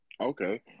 Okay